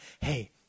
Hey